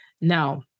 Now